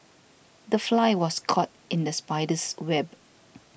the fly was caught in the spider's web